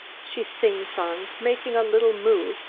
she sing-songed, making a little moue,